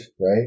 right